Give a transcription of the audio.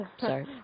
Sorry